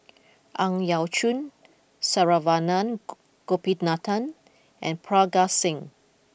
Ang Yau Choon Saravanan Gopinathan and Parga Singh